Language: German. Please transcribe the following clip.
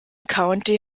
county